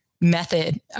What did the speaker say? method